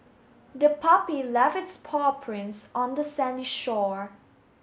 the puppy left its paw prints on the sandy shore